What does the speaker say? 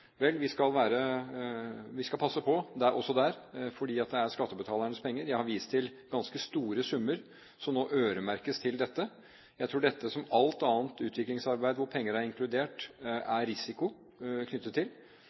Vel, vi skal passe på også der, fordi det er skattebetalernes penger. Jeg har vist til ganske store summer som nå øremerkes til dette. Jeg tror dette, som alt annet utviklingsarbeid hvor penger er inkludert, har risiko knyttet til